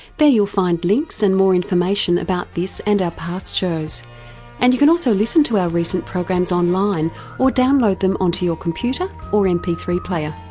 there you'll find links and more information about this and our past shows and you can also listen to our recent programs on line or download them onto your computer or m p three player.